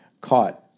caught